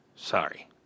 Sorry